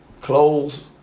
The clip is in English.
Clothes